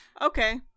okay